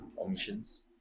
omissions